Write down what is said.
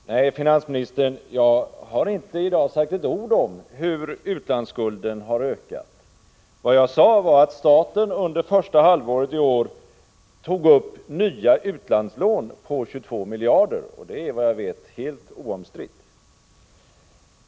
Herr talman! Nej, finansministern, jag har i dag inte sagt ett ord om hur utlandsskulden har ökat. Jag sade att staten under första halvåret i år tog upp nya utlandslån på 22 miljarder kronor. Detta är, såvitt jag vet, helt oomstritt.